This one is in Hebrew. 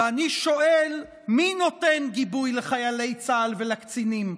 ואני שואל: מי נותן גיבוי לחיילי צה"ל ולקצינים,